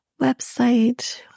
website